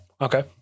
okay